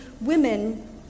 women